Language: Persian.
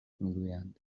میگویند